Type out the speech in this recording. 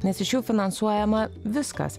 nes iš jų finansuojama viskas